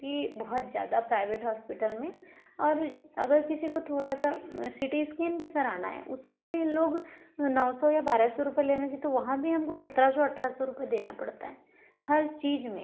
की बहुत ज़्यादा प्राइवेट हॉस्पिटल में और अगर किसी को थोड़ा सा सी टी स्कैन भी कराना है उसका भी इन लोग नौ सौ या बारह सौ रुपया लेने से तो वहाँ भी हमको सत्रह सौ अट्ठारह सौ रुपये देना पड़ता है हर चीज़ में